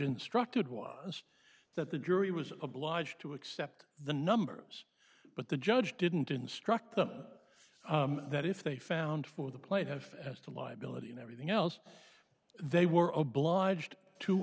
instructed was that the jury was obliged to accept the numbers but the judge didn't instruct them that if they found for the plaintiff has to lie billet in everything else they were obliged to